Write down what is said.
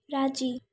राज़ी